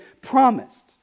promised